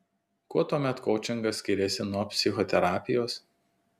kuo tuomet koučingas skiriasi nuo psichoterapijos